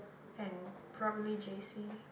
and probably J_C